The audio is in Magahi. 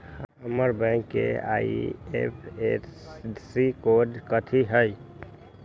हमर बैंक के आई.एफ.एस.सी कोड कथि हई?